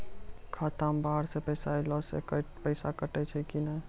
खाता मे बाहर से पैसा ऐलो से पैसा कटै छै कि नै?